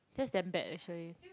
that's damn bad actually